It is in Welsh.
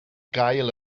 gael